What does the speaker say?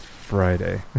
Friday